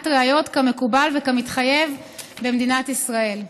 ראיות כמקובל וכמתחייב במדינת ישראל.